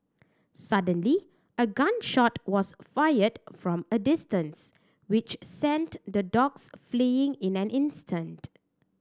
suddenly a gun shot was fired from a distance which sent the dogs fleeing in an instant